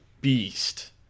beast